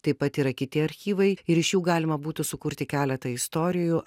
taip pat yra kiti archyvai ir iš jų galima būtų sukurti keletą istorijų